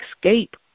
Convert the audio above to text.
escape